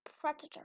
Predator